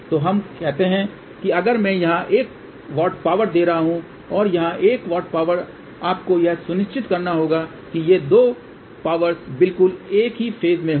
तो हम कहते हैं कि अगर मैं यहां 1 W पावर दे रहा हूं और यहां 1 W पावर आपको यह सुनिश्चित करना होगा कि ये 2 पावर्स बिल्कुल एक ही फ़ेज में हों